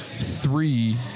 three